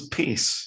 peace